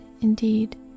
indeed